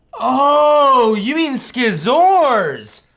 oh, you mean s-ciss-ors.